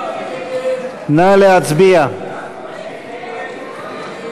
הצעת סיעת העבודה